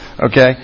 okay